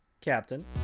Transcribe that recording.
Captain